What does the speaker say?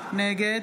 נגד